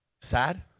Sad